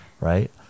Right